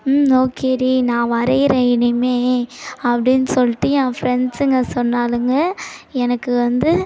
ம் ஓகேடி நான் வரைகிறேன் இனிமேல் அப்படின்னு சொல்லிட்டு ஏன் ஃப்ரெண்ட்ஸுங்க சொன்னாளுங்க எனக்கு வந்து